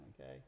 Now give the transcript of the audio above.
okay